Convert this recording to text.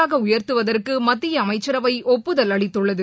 ஆக உயர்த்துவதற்குமத்தியஅமைச்சரவைஒப்புதல் அளித்துள்ளது